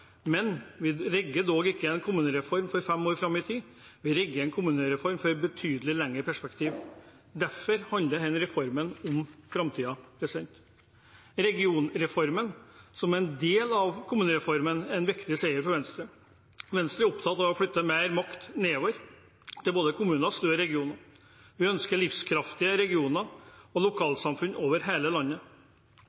Men vi rigger dog ikke en kommunereform for fem år fram i tid. Vi rigger en kommunereform for betydelig lengre perspektiv. Derfor handler denne reformen om framtiden. Regionreformen som er en del av kommunereformen, er en viktig seier for Venstre. Venstre er opptatt av å flytte mer makt nedover til både kommuner og større regioner. Vi ønsker livskraftige regioner og lokalsamfunn over hele landet.